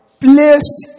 place